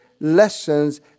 Lessons